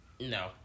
No